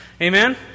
Amen